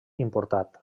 importat